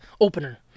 Opener